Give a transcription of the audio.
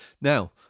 Now